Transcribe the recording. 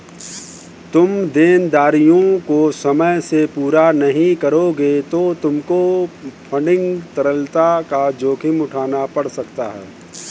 तुम देनदारियों को समय से पूरा नहीं करोगे तो तुमको फंडिंग तरलता का जोखिम उठाना पड़ सकता है